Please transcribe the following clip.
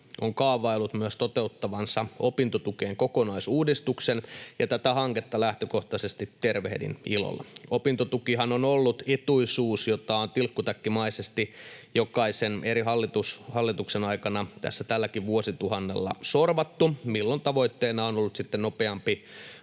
on kaavaillut myös toteuttavansa opintotukeen kokonaisuudistuksen, ja tätä hanketta lähtökohtaisesti tervehdin ilolla. Opintotukihan on ollut etuisuus, jota on tilkkutäkkimäisesti jokaisen eri hallituksen aikana tässä tälläkin vuosituhannella sorvattu: milloin tavoitteena on ollut sitten nopeamman